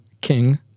King